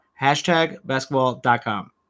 HashtagBasketball.com